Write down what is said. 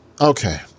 Okay